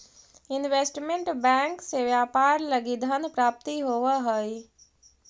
investment bank से व्यापार लगी धन प्राप्ति होवऽ हइ